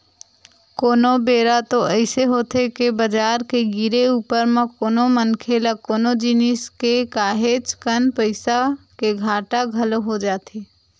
कोनो बेरा तो अइसे होथे के बजार के गिरे ऊपर म कोनो मनखे ल कोनो जिनिस के काहेच कन पइसा के घाटा घलो हो जाथे